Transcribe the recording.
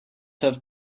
have